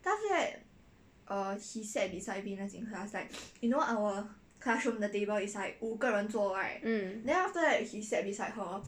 mm